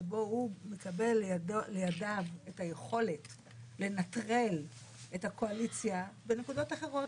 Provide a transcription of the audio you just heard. שבהן הוא מקבל לידיו את היכולת לנטרל את הקואליציה בנקודות אחרות,